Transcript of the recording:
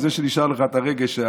זה שנשאר לך הרגש,